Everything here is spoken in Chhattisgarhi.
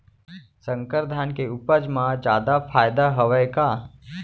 संकर धान के उपज मा जादा फायदा हवय का?